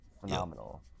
phenomenal